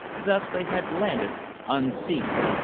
thus they had landed unseen.